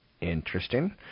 Interesting